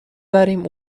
بریم